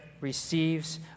receives